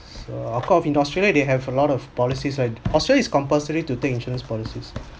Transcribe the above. so of course in australia they have a lot of policies and australia is compulsory to take insurance policies